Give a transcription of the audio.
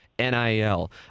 NIL